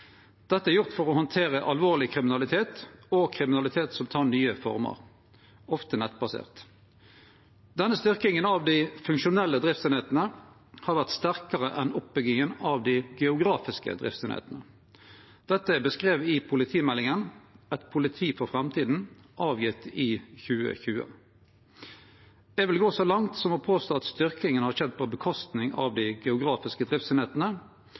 Dette er gjort for å handtere alvorleg kriminalitet og kriminalitet som tek nye formar, ofte nettbasert. Denne styrkinga av dei funksjonelle driftseiningane har vore sterkare enn oppbygginga av dei geografiske driftseiningane. Dette er beskrive i Politimeldingen – et politi for framtiden, publisert i 2020. Eg vil gå så langt som å påstå at styrkinga har skjedd på kostnad av dei geografiske